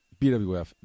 BWF